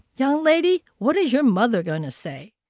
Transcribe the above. young lady, what is your mother going to say?